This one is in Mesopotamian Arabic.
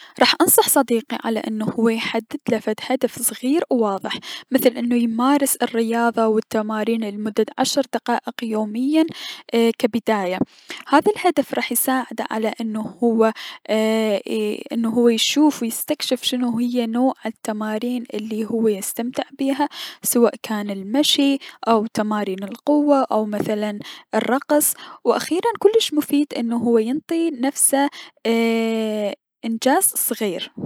ح انصح صديقي انه هو يحددله فد هدف صغير وواضح، مثل انو يمارس الرياضة و التمارين لمدة عشر دقائق يوميا، اي- كبداية، هذا الهدف راح يساعده على انه هو اي هو يشوف و يستكشف شون و شنو هي نوع التمارين الي هو يستمتع بيها، سواء كان المشي، تمارين القوة، او الرقص، و اخيرا كلش مهم انه هو ينطي نفسه اي- انجاز صغير.